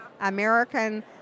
American